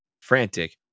frantic